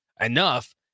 enough